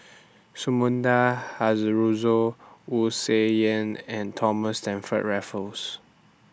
Sumida Haruzo Wu Tsai Yen and Thomas Stamford Raffles